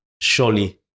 Surely